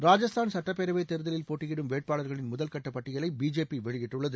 ராஜஸ்தான் சுட்டப்பேரவை தேர்தலில் போட்டியிடும் வேட்பாளர்களின் முதல்கட்ட பட்டியலை பிஜேபி வெளியிட்டுள்ளது